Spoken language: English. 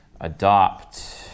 Adopt